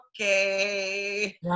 Okay